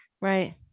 Right